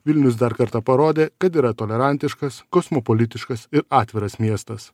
vilnius dar kartą parodė kad yra tolerantiškas kosmopolitiškas ir atviras miestas